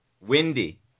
Windy